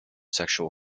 sexual